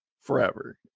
forever